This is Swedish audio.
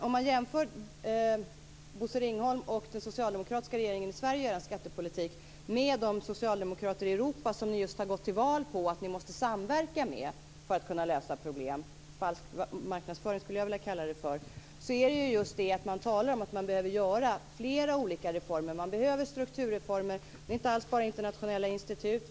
Om man jämför Bosse Ringholms och den socialdemokratiska regeringens skattepolitik i Sverige med de socialdemokrater i Europa, som ni just har gått till val på att ni måste samverka med för att kunna lösa problem - falsk marknadsföring, skulle jag vilja kalla det för - finner man att man där talar om att man behöver göra fler olika reformer. Det är inte bara internationella institut.